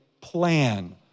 plan